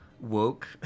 woke